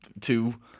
two